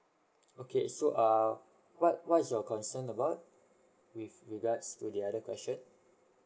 okay so uh what what is your concern about with regards to the other question